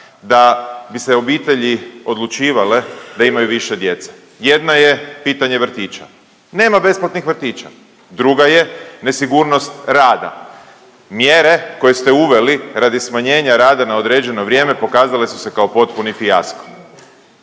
da bi se obitelji odlučivali da imaju više djece? Jedna je pitanje vrtića, nema besplatnih vrtića, druga je nesigurnost rada. Mjere koje ste uveli radi smanjenja rada na određeno vrijeme pokazale su se kao potpuni fijasko.